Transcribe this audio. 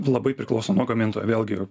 labai priklauso nuo gamintojo vėlgi